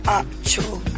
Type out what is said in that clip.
actual